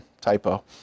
Typo